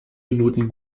minuten